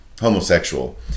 homosexual